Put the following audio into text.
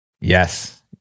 Yes